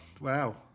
wow